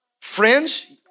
friends